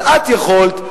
אבל את יכולת,